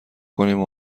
کنیم